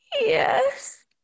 Yes